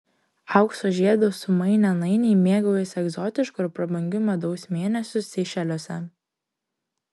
aukso žiedus sumainę nainiai mėgaujasi egzotišku ir prabangiu medaus mėnesiu seišeliuose